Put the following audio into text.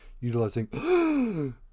utilizing